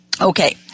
Okay